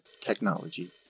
technology